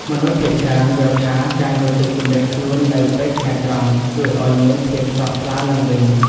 មនុស្សភាគច្រើនយល់ថា ការងូតទឹកជម្រះខ្លួននៅពេលថ្ងៃត្រង់ ជួយឱ្យមានភាពស្រស់ថ្លាឡើងវិញ។